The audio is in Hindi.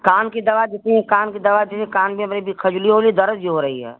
कान की दवा देती हैं कान की दवा दे दें कान में अभी भी खुजली हो रही दर्द भी हो रही है